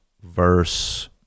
verse